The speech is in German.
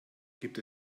gibt